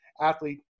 Athlete